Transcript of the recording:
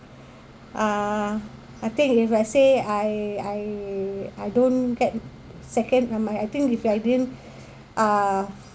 uh I think if let's say I I I don't get second uh my if I didn't uh